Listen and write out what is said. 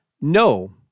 no